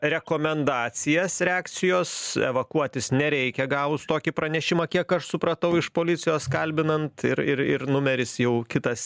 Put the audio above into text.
rekomendacijas reakcijos evakuotis nereikia gavus tokį pranešimą kiek aš supratau iš policijos kalbinant ir ir numeris jau kitas